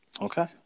Okay